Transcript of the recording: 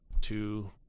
two